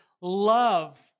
love